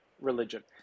religion